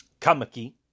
Kamaki